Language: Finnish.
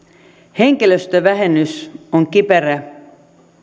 henkilöstövähennys on kiperä